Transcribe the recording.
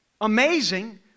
amazing